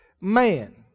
man